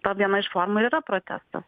ta viena iš formų ir yra protestas